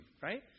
right